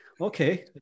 okay